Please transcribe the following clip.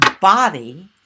body